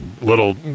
little